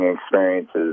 experiences